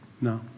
No